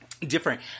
different